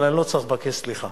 אבל אני לא צריך לבקש סליחה.